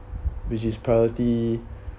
which is priority